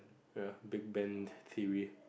ya big band